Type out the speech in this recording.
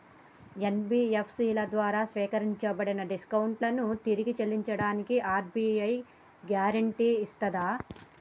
NBFC ల ద్వారా సేకరించబడ్డ డిపాజిట్లను తిరిగి చెల్లించడానికి ఆర్.బి.ఐ గ్యారెంటీ ఇస్తదా?